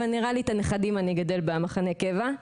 אבל נראה לי שאת הנכדים אני אגדל במחנה קבע,